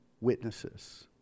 witnesses